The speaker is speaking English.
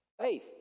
Faith